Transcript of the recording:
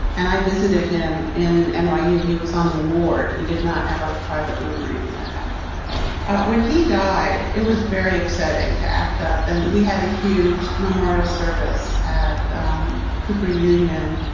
and i visited him in and nyu. he he was on the ward. he did not have a private room or anything like that when he died. it was very upsetting to act up. and we had a huge memorial service at um cooper union.